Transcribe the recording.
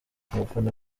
abafana